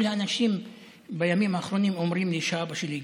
כל האנשים בימים האחרונים אומרים לי שאבא שלי גיבור.